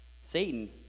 Satan